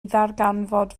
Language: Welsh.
ddarganfod